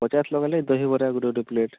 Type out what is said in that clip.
ପଚାଶ୍ ଲୋକ ହେଲେ ଦହିବରା ଗୋଟେ ଗୋଟେ ପ୍ଲେଟ୍